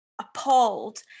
appalled